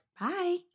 Bye